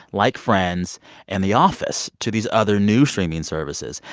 like friends and the office, to these other new streaming services.